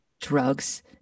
drugs